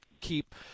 keep